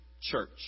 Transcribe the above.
church